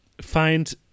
find